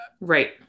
Right